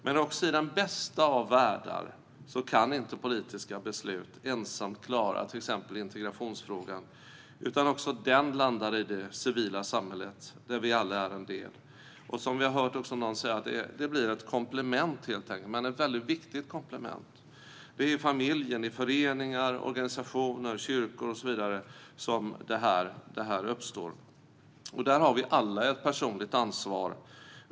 Men också i den bästa av världar kan inte politiska beslut ensamma klara till exempel integrationsfrågan, utan också den landar i det civila samhället, där vi alla är en del. Som vi hörde någon här säga blir det ett komplement, men ett väldigt viktigt komplement. Det är i familjen, i föreningar, organisationer och kyrkor som detta uppstår. Där har vi alla ett personligt ansvar.